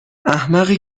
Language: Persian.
احمقی